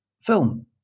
film